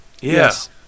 Yes